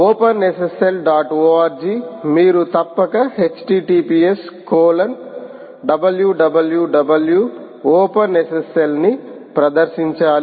org మీరు తప్పక https colon www ఓపెన్ఎస్ఎస్ఎల్ని సందర్శించాలి